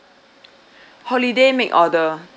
holiday make order